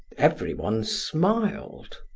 everyone smiled.